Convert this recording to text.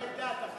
חוק חופש המידע.